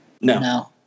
No